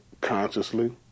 consciously